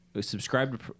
subscribe